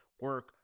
Work